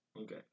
Okay